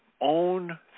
own